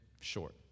short